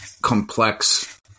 Complex